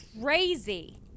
crazy